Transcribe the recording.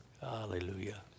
Hallelujah